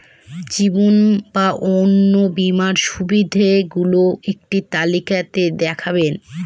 জীবন বা অন্ন বীমার সুবিধে গুলো একটি তালিকা তে দেখাবেন?